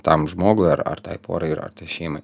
tam žmogui ar ar tai porai ir ar tai šeimai